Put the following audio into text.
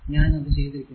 ഞാൻ അത് ചെയ്തിരിക്കുന്നു